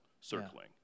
circling